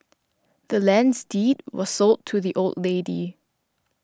the land's deed was sold to the old lady